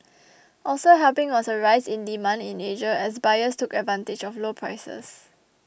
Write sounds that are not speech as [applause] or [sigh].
[noise] also helping was a rise in demand in Asia as buyers took advantage of low prices